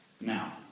Now